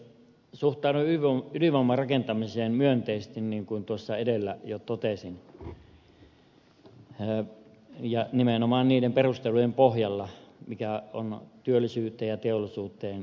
suhtaudun ydinvoiman rakentamiseen myönteisesti niin kuin tuossa edellä jo totesin ja nimenomaan niiden perustelujen pohjalla mikä on työllisyyteen ja teollisuuteen liittyvää